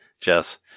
Jess